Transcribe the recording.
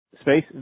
space